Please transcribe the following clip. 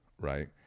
right